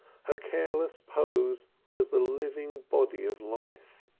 her careless pose was the living body of life.